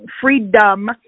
freedom